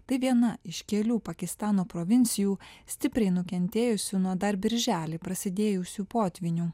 tai viena iš kelių pakistano provincijų stipriai nukentėjusių nuo dar birželį prasidėjusių potvynių